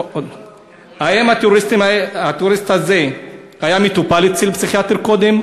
האם הטרוריסט הזה היה מטופל אצל פסיכיאטר קודם?